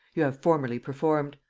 you have formerly performed.